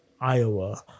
Iowa